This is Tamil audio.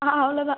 ஆ அவ்வளோதான்